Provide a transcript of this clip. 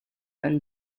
and